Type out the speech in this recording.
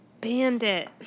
bandit